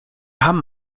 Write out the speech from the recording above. haben